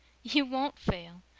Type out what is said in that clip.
you won't fail.